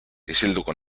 isilduko